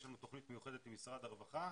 יש לנו תוכנית מיוחדת עם משרד הרווחה,